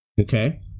okay